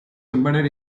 embedded